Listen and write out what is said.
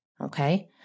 Okay